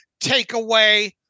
takeaway